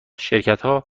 شرکتها